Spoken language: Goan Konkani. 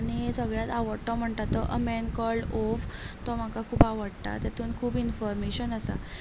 सगल्यान आवडटो म्हणटा तो ए मॅन कॉल्ड ऊफ तो म्हाका खूब आवडटा तेतून खूब इनफोर्मेशन आसा